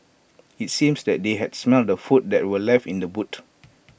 IT seemed that they had smelt the food that were left in the boot